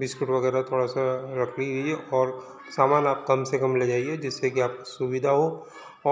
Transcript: biscuit वगैरह थोड़ा सा रखिए और सामान आप कम से कम ले जाइए जिससे कि आप सुविधा हो